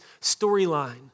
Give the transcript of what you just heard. storyline